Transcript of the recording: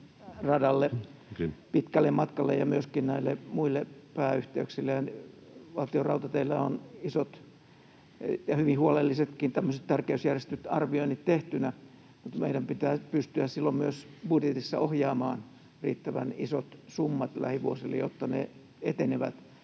pääradalle pitkälle matkalle ja myöskin muille pääyhteyksille, ja Valtionrautateillä on isot ja hyvin huolellisetkin tärkeysjärjestysarvioinnit tehtynä, mutta meidän pitää silloin myös pystyä budjetissa ohjaamaan riittävän isot summat lähivuosille, jotta ne etenevät.